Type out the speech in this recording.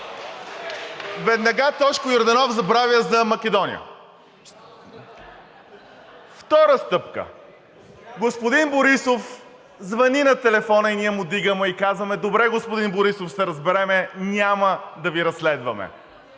веднага Тошко Йорданов забравя за Македония. Втора стъпка, господин Борисов звъни на телефона и ние му вдигаме и му казваме, добре, господин Борисов, ще се разберем, няма да Ви разследваме.